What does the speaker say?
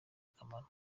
akamaro